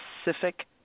specific